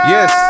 Yes